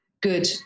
good